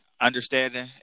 understanding